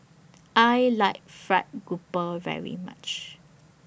I like Fried Grouper very much